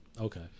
Okay